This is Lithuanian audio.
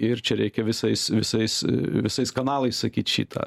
ir čia reikia visais visais visais kanalais sakyt šitą